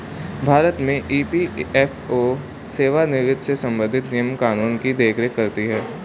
भारत में ई.पी.एफ.ओ सेवानिवृत्त से संबंधित नियम कानून की देख रेख करती हैं